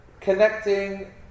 connecting